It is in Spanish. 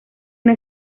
una